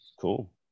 cool